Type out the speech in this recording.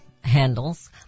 handles